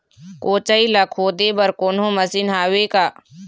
कोचई ला खोदे बर कोन्हो मशीन हावे का?